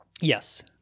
Yes